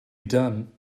done